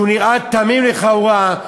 שנראה תמים לכאורה,